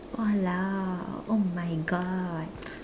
!walao! oh my God